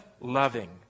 loving